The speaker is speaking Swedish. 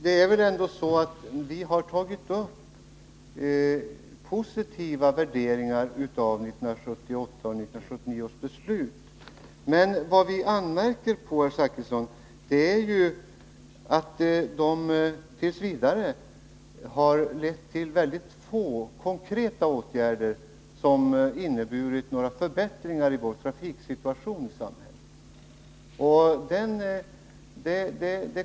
Vi har i våra motioner tagit upp positiva värderingar av 1978 och 1979 års beslut, men vad vi anmärker på, herr Zachrisson, är att besluten t. v. har lett till ytterst få konkreta åtgärder som inneburit några förbättringar av trafiksituationen i samhället.